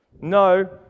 No